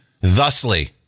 thusly